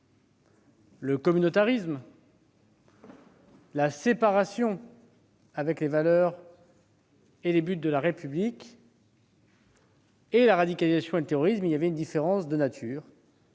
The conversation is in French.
le communautarisme, la séparation avec les valeurs et les buts de la République, la radicalisation et le terrorisme, il n'y avait pas de différence de nature.